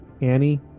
annie